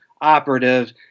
operative